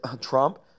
Trump